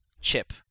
chip